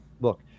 look